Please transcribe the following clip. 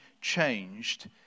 changed